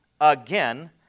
again